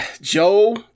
Joe